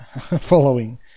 following